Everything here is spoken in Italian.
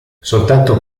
soltanto